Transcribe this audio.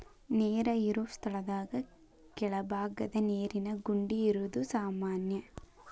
ನೇರ ಇರು ಸ್ಥಳದಾಗ ಕೆಳಬಾಗದ ನೇರಿನ ಗುಂಡಿ ಇರುದು ಸಾಮಾನ್ಯಾ